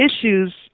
issues